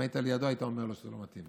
אם היית לידו, היית אומר לו שזה לא מתאים.